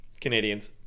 Canadians